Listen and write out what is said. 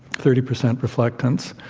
thirty percent reflectance.